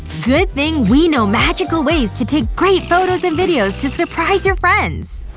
good thing we know magical ways to take great photos and videos to surprise your friends!